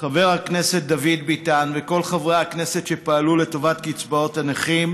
חבר הכנסת דוד ביטן וכל חברי הכנסת שפעלו לטובת קצבאות הנכים,